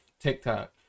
TikTok